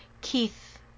Keith